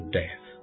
death